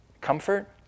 comfort